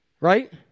right